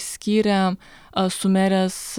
skyrė su merės